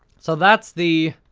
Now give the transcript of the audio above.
so, that's the